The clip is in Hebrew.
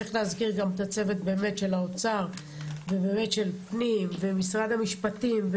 וצריך באמת להזכיר גם את הצוות של האוצר ושל פנים ומשרד המשפטים,